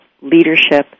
leadership